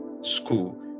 School